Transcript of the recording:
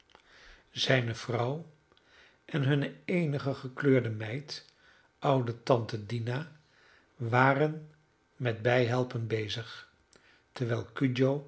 zijne vrouw en hunne eenige gekleurde meid oude tante dina waren met bijhelpen bezig terwijl